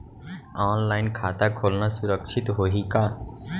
Online खाता खोलना सुरक्षित होही का?